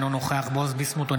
אינו נוכח בועז ביסמוט,